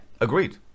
agreed